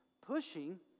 pushing